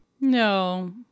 no